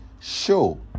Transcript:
show